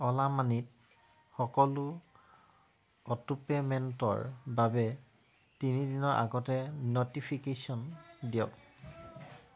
অ'লা মানিত সকলো অ'টোপে'মেণ্টৰ বাবে তিনি দিনৰ আগতে ন'টিফিকেশ্যন দিয়ক